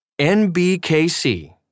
NBKC